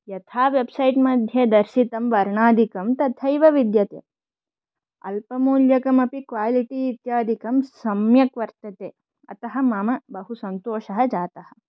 यथा वेब्सैट् मध्ये दर्शितं वर्णादिकं तथैव विद्यते अल्पमूल्यकम् अपि क्वालिटि इत्यादिकं सम्यक् वर्तते अतः मम बहु सन्तोषः जातः